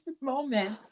moments